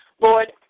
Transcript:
Lord